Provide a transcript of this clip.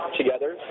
together